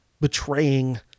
betraying